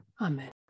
Amen